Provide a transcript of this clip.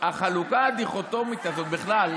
החלוקה הדיכוטומית הזאת בכלל,